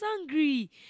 angry